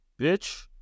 Bitch